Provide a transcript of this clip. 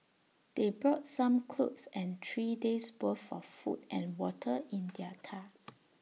they brought some clothes and three days' worth of food and water in their car